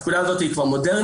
הפקודה הזאת היא כבר מודרנית,